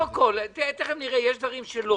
לא הכול, יש דברים שלא.